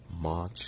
March